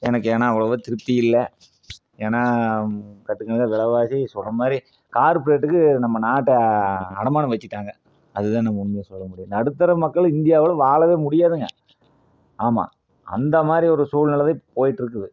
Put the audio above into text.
எனக்கு ஏனால் அவ்வளவாக திருப்தி இல்லை ஏன்னால் கட்டுக்கடங்காத விலவாசி சொல்கிற மாதிரி கார்ப்பரேட்டுக்கு நம்ம நாட்டை அடமானம் வச்சுட்டாங்க அது தான் நம்ம உண்மைய சொல்ல முடியும் நடுத்தர மக்கள் இந்தியாவில் வாழவே முடியாதுங்க ஆமாம் அந்த மாதிரி ஒரு சூழ்நிலை தான் இப்போ போயிகிட்டு இருக்குது